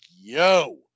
yo